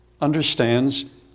understands